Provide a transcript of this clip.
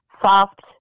soft